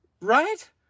right